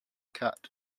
cat